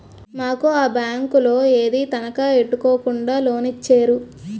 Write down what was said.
మాకు ఆ బేంకోలు ఏదీ తనఖా ఎట్టుకోకుండా లోనిచ్చేరు